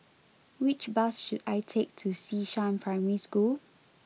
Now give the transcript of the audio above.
which bus should I take to Xishan Primary School